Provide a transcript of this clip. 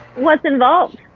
what's involved?